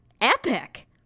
epic